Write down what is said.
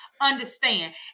understand